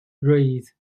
rays